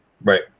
Right